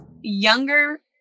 Younger